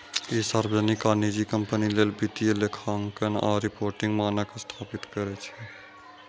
ई सार्वजनिक आ निजी कंपनी लेल वित्तीय लेखांकन आ रिपोर्टिंग मानक स्थापित करै छै